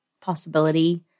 possibility